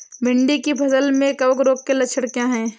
भिंडी की फसल में कवक रोग के लक्षण क्या है?